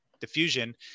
diffusion